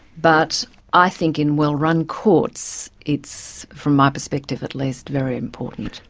but i think in well-run courts it's, from my perspective at least, very important.